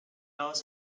laws